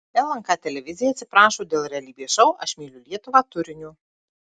lnk televizija atsiprašo dėl realybės šou aš myliu lietuvą turinio